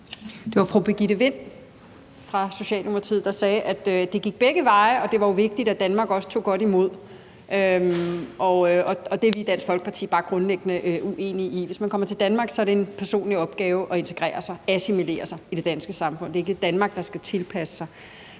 Det var fru Birgitte Vind fra Socialdemokratiet, der sagde, at det gik begge veje, og at det også var vigtigt, at Danmark tog godt imod dem, og det er vi i Dansk Folkeparti bare grundlæggende uenige i. Hvis man kommer til Danmark, er det en personlig opgave at integrere sig og assimilere sig i det danske samfund – det er ikke Danmark, der skal tilpasse sig.